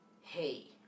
hey